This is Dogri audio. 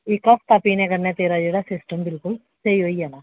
इक्क हफ्ता पीने कन्नै तेरा सिस्टम बिल्कुल स्हेई होई जाना